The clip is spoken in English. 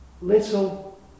Little